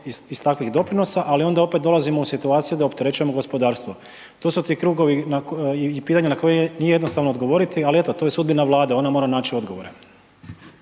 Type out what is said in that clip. iz takvih doprinosa, ali onda opet dolazimo u situaciju da opterećujemo gospodarstvo. To su ti krugovi i pitanje na koje nije jednostavno odgovoriti, ali eto to je sudbina Vlade, ona mora naći odgovore.